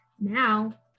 Now